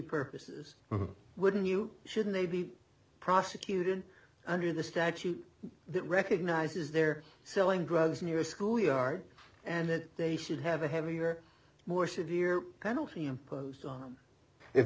purposes wouldn't you shouldn't they be prosecuted under the statute that recognizes they're selling drugs in your schoolyard and that they should have a heavier more severe penalty imposed on them if